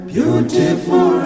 Beautiful